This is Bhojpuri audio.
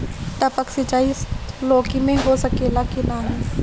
टपक सिंचाई लौकी में हो सकेला की नाही?